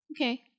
Okay